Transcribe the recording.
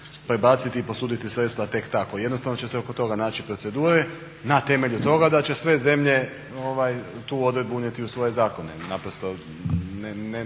prebaciti i posuditi sredstva tek tako. Jednostavno će se oko toga naći procedure na temelju toga da će sve zemlje tu odredbu unijeti u svoje zakone. Naprosto to